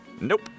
Nope